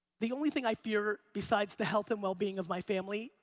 the only thing i fear besides the health and well being of my family,